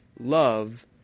Love